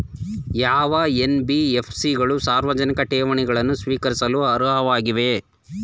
ಯಾವ ಎನ್.ಬಿ.ಎಫ್.ಸಿ ಗಳು ಸಾರ್ವಜನಿಕ ಠೇವಣಿಗಳನ್ನು ಸ್ವೀಕರಿಸಲು ಅರ್ಹವಾಗಿವೆ?